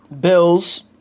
Bills